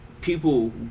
people